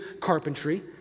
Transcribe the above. carpentry